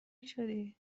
شدی